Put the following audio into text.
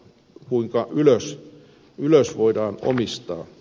kuinka ylös voidaan omistaa